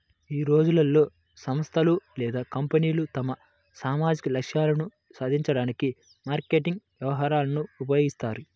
ఈ రోజుల్లో, సంస్థలు లేదా కంపెనీలు తమ సామాజిక లక్ష్యాలను సాధించడానికి మార్కెటింగ్ వ్యూహాలను ఉపయోగిస్తాయి